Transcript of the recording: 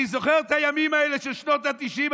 אני זוכר את הימים האלה של שנות התשעים,